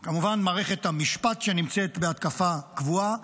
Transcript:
כמובן, מערכת המשפט נמצאת בהתקפה קבועה,